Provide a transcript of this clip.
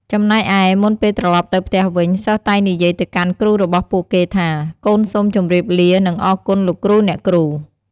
ចំណែកឯ មុនពេលត្រឡប់ទៅផ្ទះវិញ សិស្សតែងនិយាយទៅកាន់គ្រូរបស់ពួកគេថា កូនសូមជម្រាបលា និងអរគុណ លោកគ្រូ អ្នកគ្រូ។